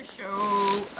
show